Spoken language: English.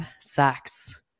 sex